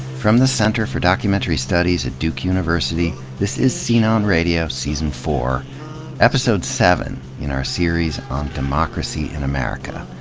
from the center for documentary studies at duke university, this is scene on radio season four episode seven in our series on democracy in america.